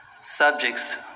subjects